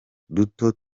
duto